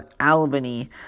Albany